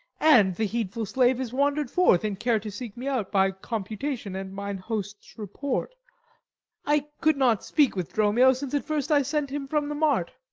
and the heedful slave is wand'red forth in care to seek me out. by computation and mine host's report i could not speak with dromio since at first i sent him from the mart.